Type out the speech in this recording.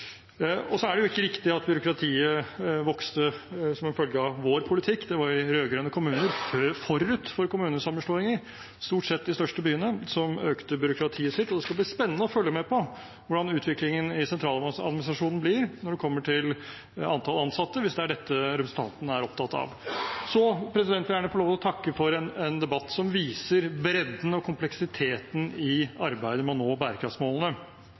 Det er ikke riktig at byråkratiet vokste som følge av vår politikk. Det var rød-grønne kommuner, forut for kommunesammenslåinger – stort sett de største byene – som økte byråkratiet sitt, og det skal bli spennende å følge med på hvordan utviklingen i sentraladministrasjonen blir når det gjelder antall ansatte, hvis det er dette representanten er opptatt av. Så vil jeg gjerne få lov til å takke for en debatt som viser bredden og kompleksiteten i arbeidet med å nå bærekraftsmålene.